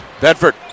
Bedford